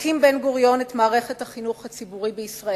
הקים בן-גוריון את מערכת החינוך הציבורי בישראל,